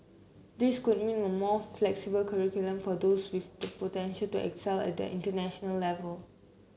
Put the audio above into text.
this could mean a more flexible curriculum for those with the potential to excel at the international level